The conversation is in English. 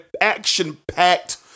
action-packed